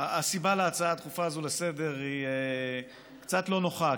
הסיבה להצעה הדחופה הזאת לסדר-היום קצת לא נוחה,